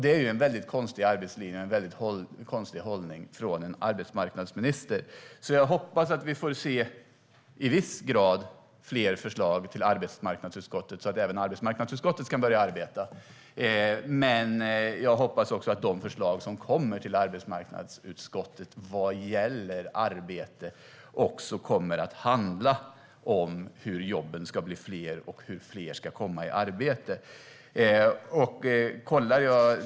Det är en konstig hållning från en arbetsmarknadsminister. Jag hoppas att vi i viss grad får se fler förslag till arbetsmarknadsutskottet, så att även det kan börja arbeta. Jag hoppas också att de förslag som kommer till arbetsmarknadsutskottet vad gäller arbete även kommer att handla om hur jobben ska bli fler och hur fler ska komma i arbete.